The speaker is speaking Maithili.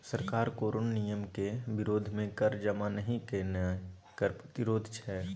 सरकार कोनो नियमक विरोध मे कर जमा नहि केनाय कर प्रतिरोध छै